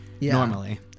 normally